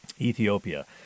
Ethiopia